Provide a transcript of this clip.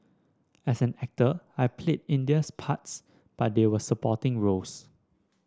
as an actor I played Indian's parts but they were supporting roles